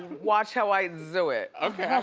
watch how i do it. okay,